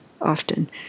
often